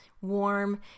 warm